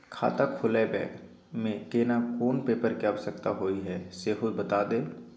खाता खोलैबय में केना कोन पेपर के आवश्यकता होए हैं सेहो बता देब?